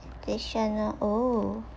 additional oh